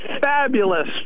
fabulous